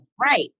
Right